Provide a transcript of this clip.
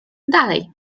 dalej